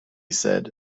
said